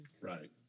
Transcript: Right